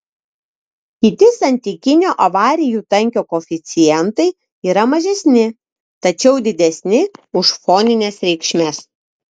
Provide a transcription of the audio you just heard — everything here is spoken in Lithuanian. kiti santykinio avarijų tankio koeficientai yra mažesni tačiau didesni už fonines reikšmes